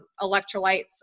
electrolytes